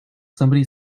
somebody